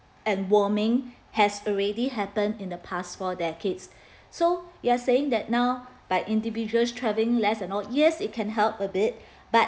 and warming has already happened in the past four decades so you are saying that now by individuals travelling less and all yes it can help a bit but